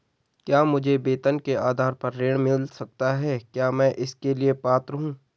क्या मुझे वेतन के आधार पर ऋण मिल सकता है क्या मैं इसके लिए पात्र हूँ?